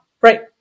Right